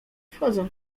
wchodzą